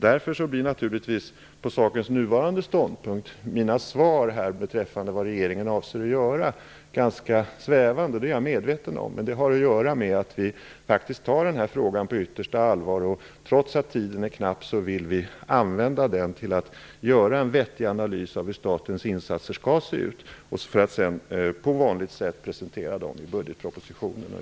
Därför blir naturligtvis, på sakens nuvarande ståndpunkt, mina svar beträffande vad regeringen avser att göra ganska svävande. Det är jag medveten om. Men det har att göra med att vi faktiskt tar denna fråga på yttersta allvar. Trots att tiden är knapp, vill vi använda den till att göra en vettig analys av hur statens insatser skall se ut för att sedan på vanligt sätt presentera dem i budgetpropositionen.